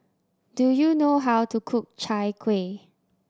do you know how to cook Chai Kueh